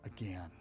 again